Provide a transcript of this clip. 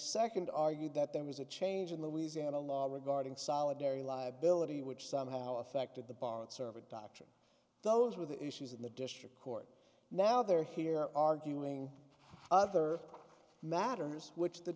second argued that there was a change in the ways and a law regarding solidary liability which somehow affected the bar at servite doctrine those were the issues in the district court now they're here arguing other matters which the